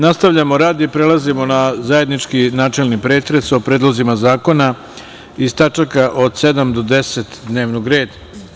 Nastavljamo rad i prelazimo na zajednički načelni pretres o predlozima zakona iz tačaka od 7. do 10. dnevnog reda.